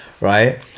right